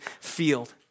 field